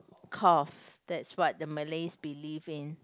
cough that's what the Malay believe in